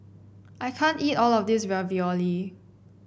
I can't eat all of this Ravioli